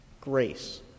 grace